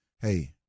hey